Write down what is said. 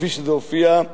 כפי שזה הופיע,